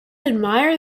admire